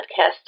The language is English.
podcast